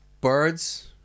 Birds